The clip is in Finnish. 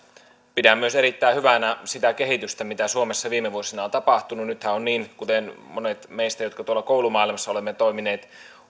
pidän myös erittäin hyvänä sitä kehitystä mitä suomessa viime vuosina on tapahtunut nythän on niin kuten monet meistä jotka tuolla koulumaailmassa olemme toimineet